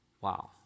Wow